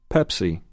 Pepsi